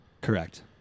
Correct